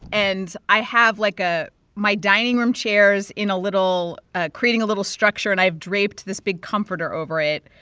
and i have, like, a my dining room chairs in a little ah creating a little structure. and i have draped this big comforter over it.